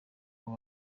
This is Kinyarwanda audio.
aba